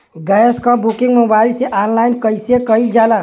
Gas क booking mobile से online कईसे कईल जाला?